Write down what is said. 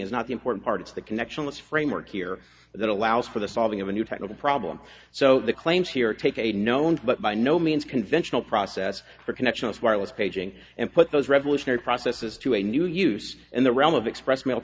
is not the important part it's the connection that's framework here that allows for the solving of a new technical problem so the claims here take a known but by no means conventional process for connection with wireless paging and put those revolutionary processes to a new use in the realm of express mail